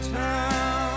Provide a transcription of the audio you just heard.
town